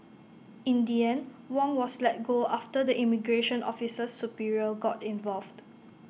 in the end Wong was let go after the immigration officer's superior got involved